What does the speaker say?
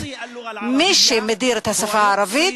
מי שמדיר את השפה הערבית,